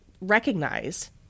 recognize